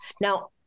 Now